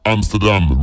Amsterdam